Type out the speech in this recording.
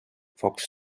fox